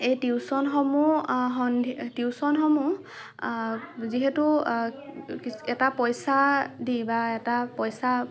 এই টিউচনসমূহ সন্ধি টিউচনসমূহ যিহেতু এটা পইচা দি বা এটা পইচা